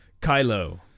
Kylo